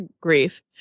grief